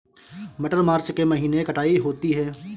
मटर मार्च के महीने कटाई होती है?